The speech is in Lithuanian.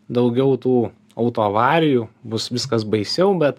daugiau tų autoavarijų bus viskas baisiau bet